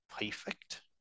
Perfect